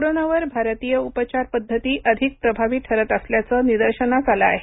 कोरोनावर भारतीय उपचार पद्धती अधिक प्रभावी ठरत असल्याचे निदर्शनास आले आहे